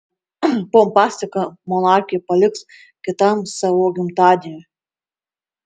pompastiką monarchė paliks kitam savo gimtadieniui